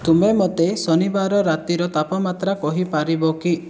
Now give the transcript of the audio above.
ତୁମେ ମୋତେ ଶନିବାର ରାତିର ତାପମାତ୍ରା କହିପାରିବ କି